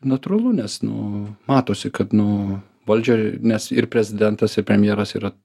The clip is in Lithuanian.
natūralu nes nu matosi kad nu valdžia nes ir prezidentas ir premjeras yra